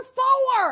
four